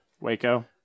Waco